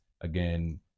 again